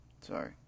Sorry